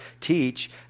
teach